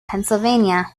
pennsylvania